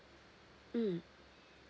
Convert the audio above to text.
mm